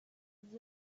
into